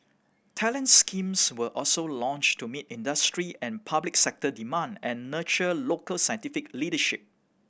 talent schemes were also launched to meet industry and public sector demand and nurture local scientific leadership